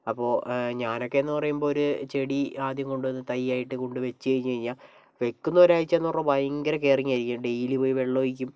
അപ്പോൾ ഞാനൊക്കെയെന്ന് പറയുമ്പോൾ ഒരു ചെടി ആദ്യം കൊണ്ടുവന്ന് തൈ ആയിട്ട് കൊണ്ട് വെച്ചുകഴിഞ്ഞഴിഞ്ഞാൽ വെക്കുന്നൊരാഴ്ച പറഞ്ഞു കഴിഞ്ഞാൽ ഭയങ്കര കെയറിങ് ആയിരിക്കും ഡെയ്ലി പോയി വെള്ളം ഒഴിക്കും